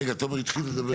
רגע, תומר התחיל לדבר.